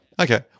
Okay